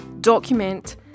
Document